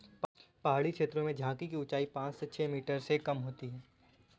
पहाड़ी छेत्रों में झाड़ी की ऊंचाई पांच से छ मीटर से कम होती है